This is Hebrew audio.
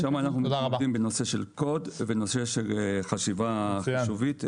שם אנחנו מתמקדים בנושא של קוד ובנושא של חשיבה חישובית,